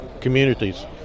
communities